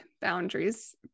boundaries